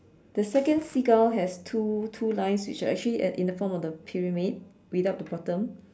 the second seagull has two two lines which are actually at in the form of the pyramid without the bottom